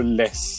less